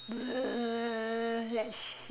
err let's see